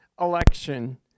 election